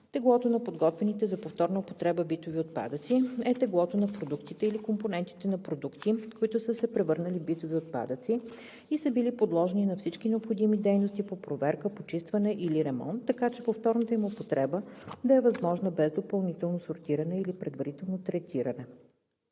теглото на подготвените за повторна употреба битови отпадъци е теглото на продуктите или компонентите на продукти, които са се превърнали в битови отпадъци и са били подложени на всички необходими дейности по проверка, почистване или ремонт, така че повторната им употреба да е възможна без допълнително сортиране или предварително третиране;